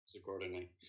accordingly